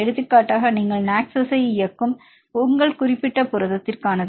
எடுத்துக்காட்டாக நீங்கள் நாக்ஸை இயக்கும் உங்கள் குறிப்பிட்ட புரதத்திற்கானது